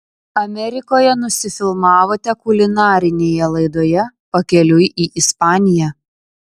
amerikoje nusifilmavote kulinarinėje laidoje pakeliui į ispaniją